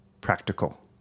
practical